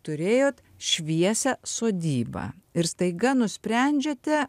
turėjot šviesią sodybą ir staiga nusprendžiate